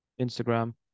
Instagram